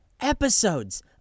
episodes